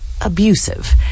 abusive